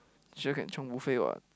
sure can chiong buffet [what]